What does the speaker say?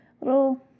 Little